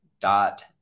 dot